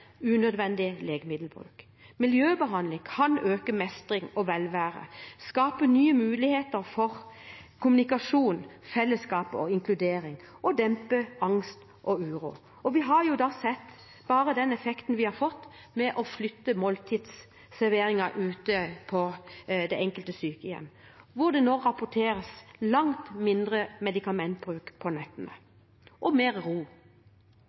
unødvendig legemiddelbruk. Miljøbehandling kan øke mestring og velvære, skape nye muligheter for kommunikasjon, fellesskap og inkludering og dempe angst og uro. Vi har jo sett effekten vi har fått av å flytte måltidsserveringen ute på det enkelte sykehjem, hvor det nå rapporteres om langt mindre medikamentbruk om nettene og mer ro.